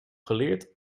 geleerd